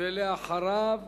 ואחריו,